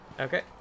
Okay